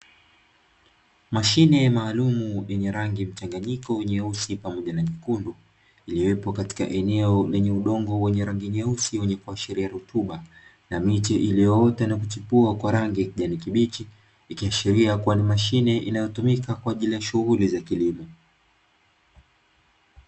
Mashine maalumu yenye rangi mchanganyiko nyeusi pamoja na nyekundu, iliyopo katika eneo lenye udongo wenye rangi nyeusi wenye kuashiria rutuba. Na miche iliyoota na kuchipua kwa rangi ya kijani kibichi. Ikiashiria kuwa ni mashine inayotumika kwa ajili ya shughuli za kilimo.